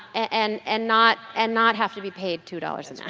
and and not, and not have to be paid two dollars and yeah